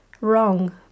wrong